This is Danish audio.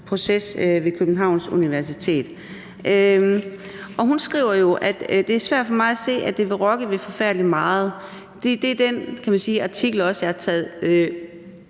proces ved Københavns Universitet. Og hun skriver jo, at det er svært for hende at se, at det vil rokke ved forfærdelig meget. Det er den artikel, som jeg har taget